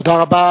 תודה רבה.